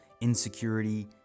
insecurity